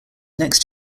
next